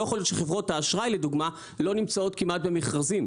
לא יכול להיות שחברות האשראי לדוגמה לא נמצאות כמעט במכרזים.